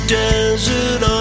desert